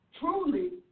truly